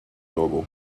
logo